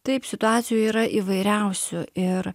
taip situacijų yra įvairiausių ir